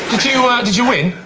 did you, ah, did you win?